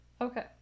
Okay